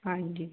ਹਾਂਜੀ